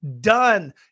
Done